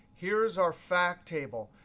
here's our fact table.